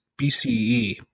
BCE